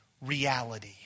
reality